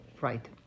Right